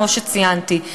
כמו שציינתי.